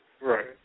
Right